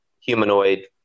humanoid